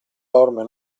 orme